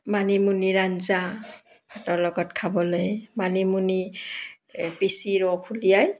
মানিমুনিৰ আঞ্জা ভাতৰ লগত খাবলৈ মানিমুনি পিচি ৰস উলিয়াই